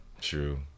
True